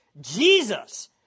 Jesus